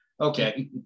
Okay